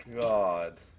God